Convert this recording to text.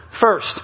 First